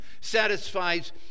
satisfies